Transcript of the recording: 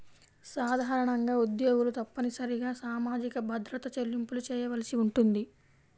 సాధారణంగా ఉద్యోగులు తప్పనిసరిగా సామాజిక భద్రత చెల్లింపులు చేయవలసి ఉంటుంది